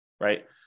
right